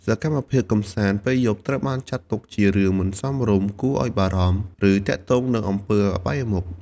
សកម្មភាពកម្សាន្តពេលយប់ត្រូវបានចាត់ទុកជារឿងមិនសមរម្យ គួរឱ្យបារម្ភ ឬទាក់ទងនឹងអំពើអបាយមុខ។